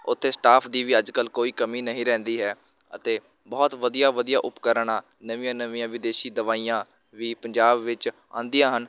ਉੱਥੇ ਸਟਾਫ ਦੀ ਵੀ ਅੱਜ ਕੱਲ੍ਹ ਕੋਈ ਕਮੀ ਨਹੀਂ ਰਹਿੰਦੀ ਹੈ ਅਤੇ ਬਹੁਤ ਵਧੀਆ ਵਧੀਆ ਉਪਕਰਨਾਂ ਨਵੀਆਂ ਨਵੀਆਂ ਵਿਦੇਸ਼ੀ ਦਵਾਈਆਂ ਵੀ ਪੰਜਾਬ ਵਿੱਚ ਆਉਂਦੀਆਂ ਹਨ